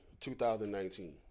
2019